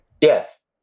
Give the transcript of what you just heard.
Yes